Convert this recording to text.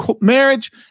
marriage